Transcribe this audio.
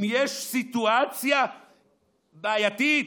אם יש סיטואציה בעייתית,